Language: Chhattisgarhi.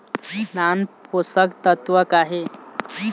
नान पोषकतत्व का हे?